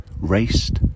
raced